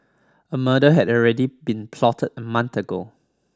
a murder had already been plotted a month ago